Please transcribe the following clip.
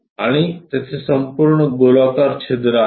आणि तेथे संपूर्ण गोलाकार छिद्र आहे